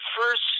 first